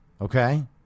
okay